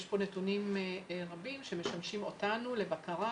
יש פה נתונים רבים שמשמשים אותנו לבקרה,